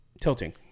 Tilting